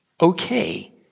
okay